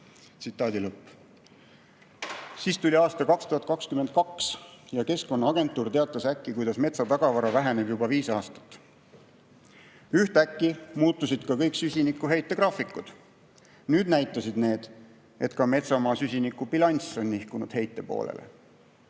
[---]". Siis tuli aasta 2022 ja Keskkonnaagentuur teatas äkki, kuidas metsatagavara väheneb juba viis aastat. Ühtäkki muutusid ka kõik süsinikuheitegraafikud. Nüüd näitasid need, et ka metsamaa süsinikubilanss on nihkunud heite poolele.